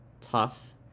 tough